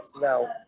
no